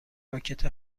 راکت